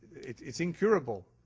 it's it's incurable.